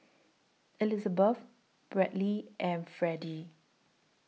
Elizabet Brantley and Freddie